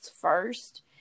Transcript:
first